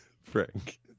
Frank